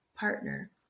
partner